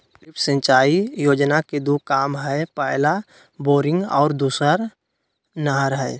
lift सिंचाई योजना के दू काम हइ पहला बोरिंग और दोसर नहर हइ